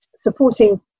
supporting